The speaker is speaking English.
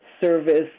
Service